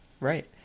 right